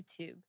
YouTube